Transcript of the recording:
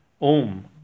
Om